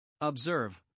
Observe